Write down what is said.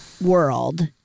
world